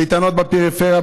קייטנות בפריפריה,